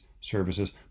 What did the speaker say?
services